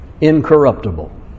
incorruptible